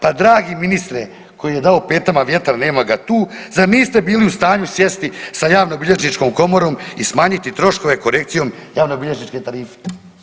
Pa dragi ministre koji je dao petama vjetra, nema ga tu, zar niste bili u stanju sjesti sa javnobilježničkom komorom i smanjiti troškove korekcijom javnobilježničke tarife?